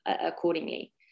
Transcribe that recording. accordingly